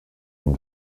ihm